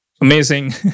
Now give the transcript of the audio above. amazing